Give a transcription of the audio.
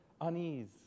unease